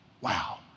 Wow